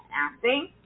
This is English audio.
acting